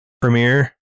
premiere